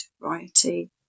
variety